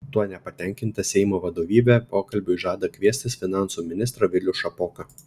tuo nepatenkinta seimo vadovybė pokalbiui žada kviestis finansų ministrą vilių šapoką